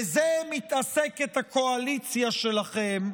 בזה מתעסקת הקואליציה שלכם,